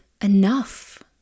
enough